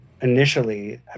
initially